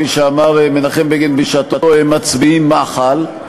כפי שאמר מנחם בגין בשעתו, הם מצביעים מח"ל,